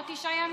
עוד תשעה ימים.